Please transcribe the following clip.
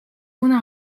une